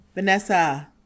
Vanessa